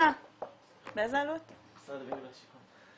משרד הבינוי והשיכון.